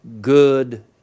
good